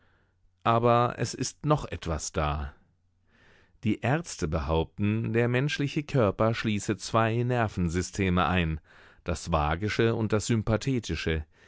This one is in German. aber es ist noch etwas da die ärzte behaupten der menschliche körper schließe zwei nervensysteme ein das vagische und das sympathetische